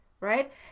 right